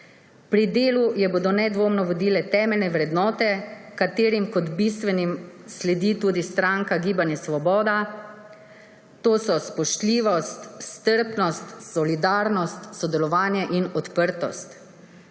Pri delu jo bodo nedvomno vodile temeljne vrednote, katerim kot bistvenim sledi tudi stranka Gibanje Svoboda, to so spoštljivost, strpnost, solidarnost, sodelovanje in odprtost.